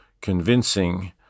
convincing